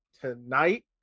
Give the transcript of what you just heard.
tonight